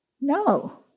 No